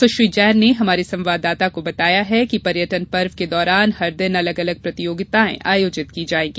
सुश्री जैन ने हमारे संवाददाता को बताया है कि पर्यटन पर्व के दौरान हर दिन अलग अलग प्रतियोगिताएं आयोजित की जायेंगी